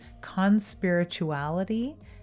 Conspirituality